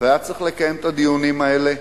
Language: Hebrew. והיה צריך לקיים את הדיונים האלה,